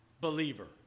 believer